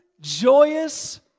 joyous